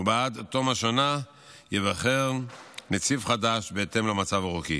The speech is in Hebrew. ועד תום השנה ייבחר נציב חדש בהתאם למצב החוקי.